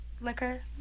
liquor